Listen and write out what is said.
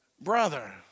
brother